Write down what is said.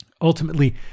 Ultimately